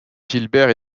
gilbert